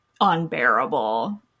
unbearable